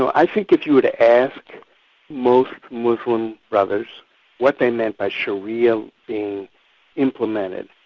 so i think that you would ask most muslim brothers what they meant by sharia being implemented,